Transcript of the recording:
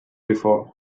before